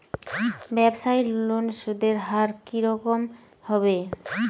ব্যবসায়ী লোনে সুদের হার কি রকম হবে?